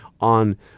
on